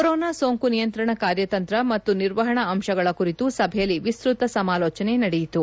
corona ಸೋಂಕು ನಿಯಂತ್ರಣ ಕಾರ್ಯತಂತ್ರ ಮತ್ತು ನಿರ್ವಹಣಾ ಅಂತಗಳ ಕುರಿತು ಸಭೆಯಲ್ಲಿ ವಿಸ್ತ್ರತ ಸಮಾಲೋಚನೆ ನಡೆಯಿತು